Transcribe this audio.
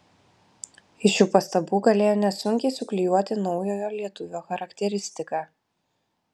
iš šių pastabų galėjo nesunkiai suklijuoti naujojo lietuvio charakteristiką